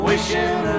Wishing